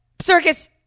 Circus